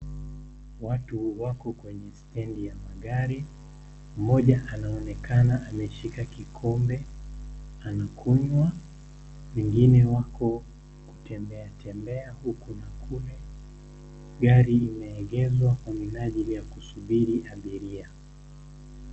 Watu wako kwenye stendi ya magari. Mmoja anaonekana ameshika kikombe anakunywa. Wengine wako kutembea tembea huku na kule. Gari imeegezwa kwa minajili ya kusubiri abiria.